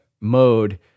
mode